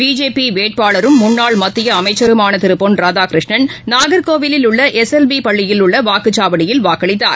BJP வேட்பாளரும் முன்னாள் மத்திய அமைச்சருமான திரு பொன் ராதாகிருஷ்ணன் நாகர்கோவிலில் உள்ள எஸ் எல் பி பள்ளியில் உள்ள வாக்குச்சாவடியில் வாக்களித்தார்